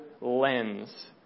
lens